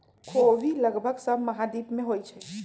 ख़ोबि लगभग सभ महाद्वीप में होइ छइ